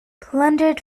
plundered